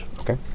Okay